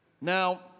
now